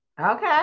Okay